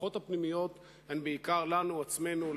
ההשלכות הפנימיות הן בעיקר לנו עצמנו,